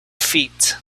feet